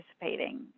participating